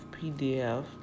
PDF